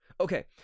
Okay